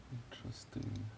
interesting